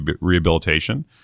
rehabilitation